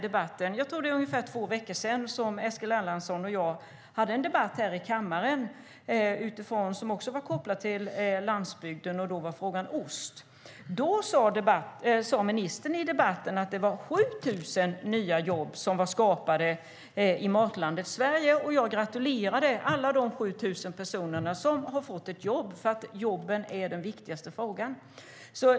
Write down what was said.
Det var för ungefär två veckor sedan som Eskil Erlandsson och jag hade en debatt i kammaren med koppling till landsbygden. Då gällde frågan ost. I den debatten sade ministern att 7 000 nya jobb hade skapats med hjälp av strategin Sverige - det nya matlandet. Jag gratulerade alla de 7 000 personer som har fått. Jobben är den viktigaste frågan.